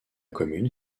commune